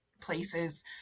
places